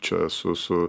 čia esu su